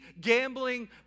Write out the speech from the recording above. gambling